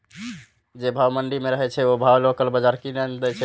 जे भाव मंडी में रहे छै ओ भाव लोकल बजार कीयेक ने दै छै?